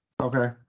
Okay